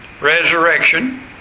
resurrection